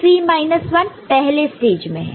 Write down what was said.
C minus 1 पहले stage में है